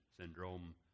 syndrome